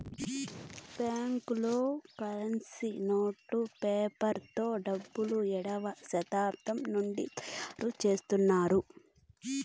బ్యాంకులలో కరెన్సీ నోట్లు పేపర్ తో డబ్బులు ఏడవ శతాబ్దం నుండి తయారుచేత్తున్నారు